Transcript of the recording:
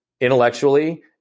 intellectually